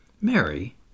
Mary